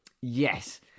Yes